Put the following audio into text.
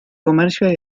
comercio